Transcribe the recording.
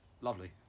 Lovely